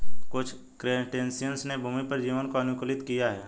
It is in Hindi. कुछ क्रस्टेशियंस ने भूमि पर जीवन को अनुकूलित किया है